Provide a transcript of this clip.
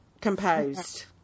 composed